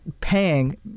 paying